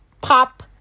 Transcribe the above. Pop